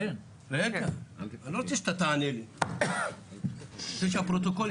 אתה אומר שהרפורמים